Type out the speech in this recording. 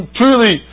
truly